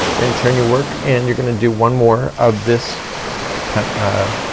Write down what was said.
then turn your work and you're gonna do one more of this ah,